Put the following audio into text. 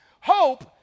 Hope